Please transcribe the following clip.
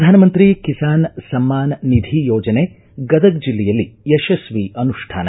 ಪ್ರಧಾನಮಂತ್ರಿ ಕಿಸಾನ್ ಸಮ್ಮಾನ್ ನಿಧಿ ಯೋಜನೆ ಗದಗ ಜಿಲ್ಲೆಯಲ್ಲಿ ಯಶಸ್ವಿ ಅನುಷ್ಠಾನ